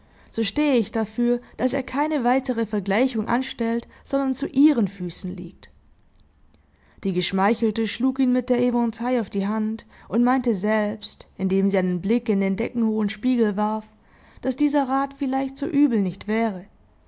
so stehe ich dafür daß er keine weitere vergleichung anstellt sondern zu ihren füßen liegt die geschmeichelte schlug ihn mit der eventaille auf die hand und meinte selbst indem sie einen blick in den deckenhohen spiegel warf daß dieser rat vielleicht so übel nicht wäre